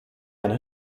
eine